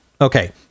Okay